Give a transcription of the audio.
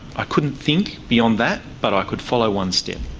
i couldn't think beyond that, but i could follow one step.